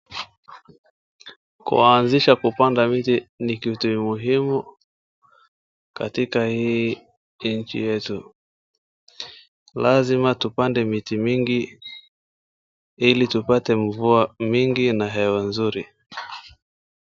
Kuanzisha kupanda miti ni kitu muhimu katika hii nchi yetu. Lazima tupande miti mingi ili tupate mvua mingi na hewa nzuri.